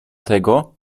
tego